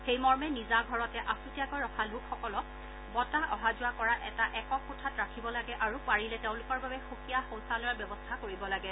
সেইমৰ্মে নিজা ঘৰতে আছুতীয়াকৈ ৰখা লোকসকলক বতাহ অহা যোৱা কৰা এটা একক কোঠাত ৰাখিব লাগে আৰু পাৰিলে তেওঁলোকৰ বাবে সুকীয়া শৌচালয়ৰ ব্যৱস্থা কৰিব লাগে